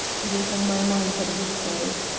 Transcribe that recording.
it is in my mind that it did so.